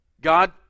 God